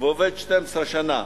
ועובד 12 שנה